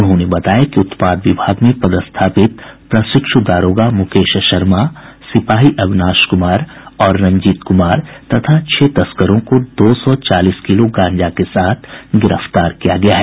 उन्होंने बताया कि उत्पाद विभाग में पदस्थापित प्रशिक्षु दारोगा मुकेश शर्मा सिपाही अविनाश कुमार और रंजीत कुमार तथा छह तस्करों को दो सौ चालीस किलो गांजा के साथ गिरफ्तार किया गया है